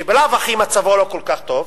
שבלאו הכי מצבו לא כל כך טוב,